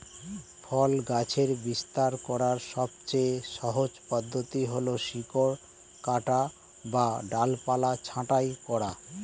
ফল গাছের বিস্তার করার সবচেয়ে সহজ পদ্ধতি হল শিকড় কাটা বা ডালপালা ছাঁটাই করা